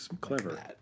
clever